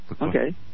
Okay